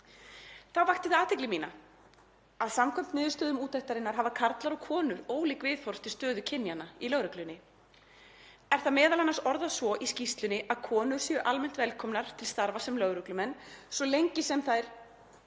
Þá vakti það athygli mína að samkvæmt niðurstöðum úttektarinnar hafa karlar og konur ólík viðhorf til stöðu kynjanna í lögreglunni. Er það m.a. orðað svo í skýrslunni að konur séu almennt velkomnar til starfa sem lögreglumenn, svo lengi sem þær